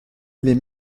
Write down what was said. les